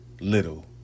little